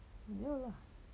没有 lah